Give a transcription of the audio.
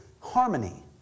Harmony